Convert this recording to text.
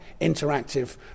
interactive